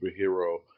superhero